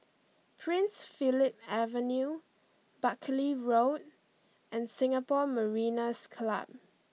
Prince Philip Avenue Buckley Road and Singapore Mariners' Club